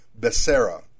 Becerra